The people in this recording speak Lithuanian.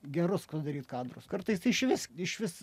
gerus padaryt kadrus kartais išvis išvis